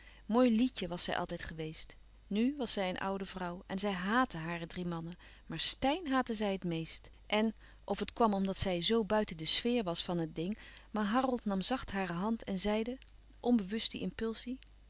mooi lietje was zij altijd geweest nù was zij een oude vrouw en zij hààtte hare drie mannen maar steyn haatte zij het meest en of het kwam omdat zij zoo buiten de sfeer was van het ding maar harold nam zacht hare hand en zeide onbewust